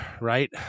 right